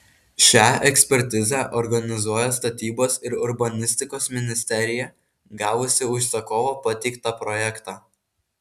šią ekspertizę organizuoja statybos ir urbanistikos ministerija gavusi užsakovo pateiktą projektą